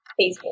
Facebook